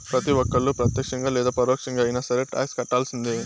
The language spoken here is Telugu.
ప్రతి ఒక్కళ్ళు ప్రత్యక్షంగా లేదా పరోక్షంగా అయినా సరే టాక్స్ కట్టాల్సిందే